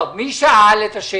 מי שאל?